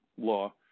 law